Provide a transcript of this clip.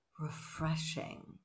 refreshing